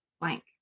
blank